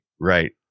right